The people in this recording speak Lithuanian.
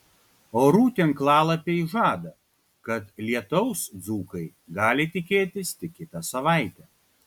orų tinklalapiai žada kad lietaus dzūkai gali tikėtis tik kitą savaitę